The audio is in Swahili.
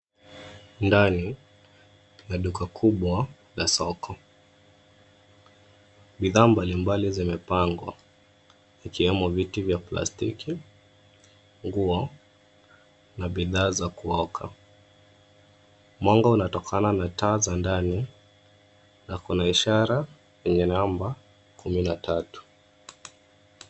Ndani la duka kubwa la soko. Bidhaa mbalimbali zimepangwa, ikiwemo viti vya plastiki, nguo na bidhaa za kuoka. Mwanga unatokana na taa za ndani na kuna ishara yenye namba kumi na tatu.